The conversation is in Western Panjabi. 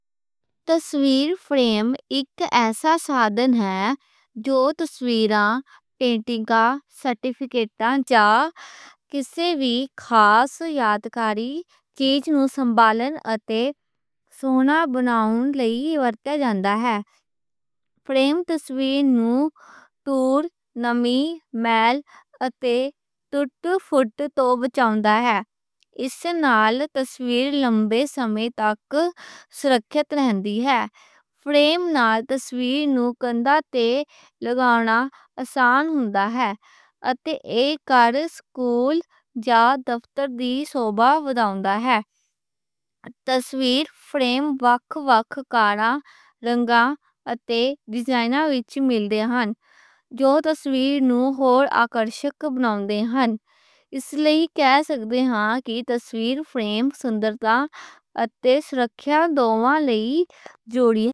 اسی فریم اک ایسا سادھن ہے جو تصویراں، پینٹنگاں، سرٹیفکیٹاں یا کسی وی خاص یادگاری چیز نوں سنبھالن اتے سونا بناؤن لئی ورتیا جاندا ہے۔ فریم تصویر نوں تور، نمی، میل اتے ٹوٹ پھوٹ توں بچاؤن دا ہے۔ اس نال تصویر لمبے سمیں تک چنگی حالت وِچ رہندی ہے۔ فریم نال تصویر نوں کندے تے لاؤنّا آسان ہے اتے اک سکول یا دفتر دی سجاوٹ بناؤن دا ہے۔ فریم وکھ وکھ کاراں، رنگاں اتے ڈیزائناں وِچ مل دے ہن جو تصویر نوں ہور آکَرشک بناؤندے ہن۔ اس لئی ایہ کہہ سکدے ہاں کہ تصویر فریم سندرتا اتے سرکشا دونوں لئی ہے۔